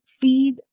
feed